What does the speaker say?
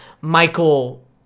Michael